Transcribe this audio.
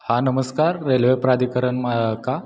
हा नमस्कार रेल्वे प्राधिकरण का